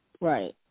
Right